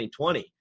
2020